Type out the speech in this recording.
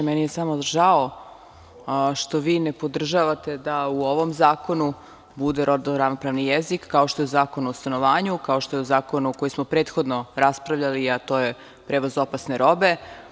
Meni je samo žao što vi ne podržavate da u ovom zakonu bude rodno ravnopravni jezik, kao što je Zakonu o stanovanju, kao što je zakon o kom smo prethodno raspravljali, a to je prevoz opasne robe.